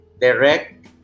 Direct